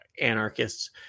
anarchists